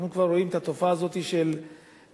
אנחנו כבר רואים את התופעה הזאת של בתי-תמחוי,